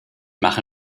mache